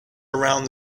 around